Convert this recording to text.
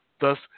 thus